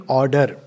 order